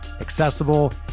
accessible